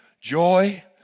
joy